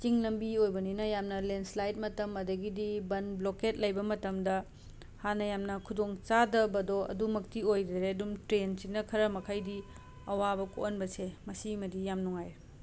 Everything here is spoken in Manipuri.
ꯆꯤꯡ ꯂꯝꯕꯤ ꯑꯣꯏꯕꯅꯤꯅ ꯌꯥꯝꯅ ꯂꯦꯟꯁ꯭ꯂꯥꯏꯠ ꯃꯇꯝ ꯑꯗꯒꯤꯗꯤ ꯕꯟ ꯕ꯭ꯂꯣꯀꯦꯠ ꯂꯩꯕ ꯃꯇꯝꯗ ꯍꯥꯟꯅ ꯌꯥꯝꯅ ꯈꯨꯗꯣꯡꯆꯥꯗꯕꯗꯣ ꯑꯗꯨꯃꯛꯇꯤ ꯑꯣꯏꯗꯔꯦ ꯑꯗꯨꯝ ꯇ꯭ꯔꯦꯟꯁꯤꯅ ꯈꯔ ꯃꯈꯩꯗꯤ ꯑꯋꯥꯕ ꯀꯣꯛꯍꯟꯕꯁꯦ ꯃꯁꯤꯃꯗꯤ ꯌꯥꯝꯅ ꯅꯨꯡꯉꯥꯏꯔꯦ